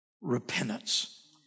repentance